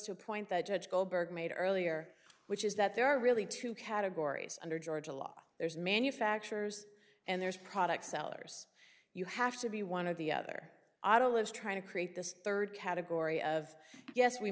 to a point that judge goldberg made earlier which is that there are really two categories under georgia law there's manufacturers and there's product sellers you have to be one of the other adl is trying to create this third category of yes we